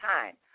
time